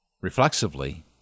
Reflexively